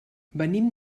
venim